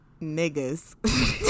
niggas